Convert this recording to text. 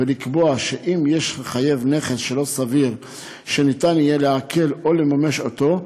ולקבוע שאם יש לחייב נכס שלא סביר שניתן יהיה לעקל או לממש אותו,